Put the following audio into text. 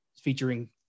featuring